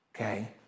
Okay